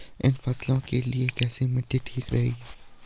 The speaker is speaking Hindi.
इन फसलों के लिए कैसी मिट्टी ठीक रहेगी?